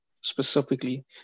specifically